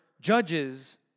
judges